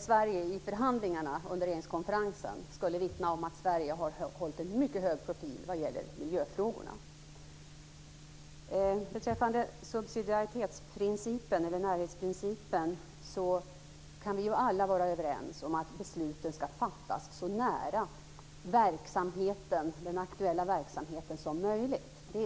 Sverige i förhandlingarna under regeringskonferensen kan vittna om att Sverige har haft en mycket hög profil i miljöfrågorna. Beträffande subsidiaritetsprincipen eller närhetsprincipen kan vi alla vara överens om att besluten skall fattas så nära den aktuella verksamheten som möjligt.